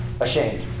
Ashamed